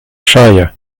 shire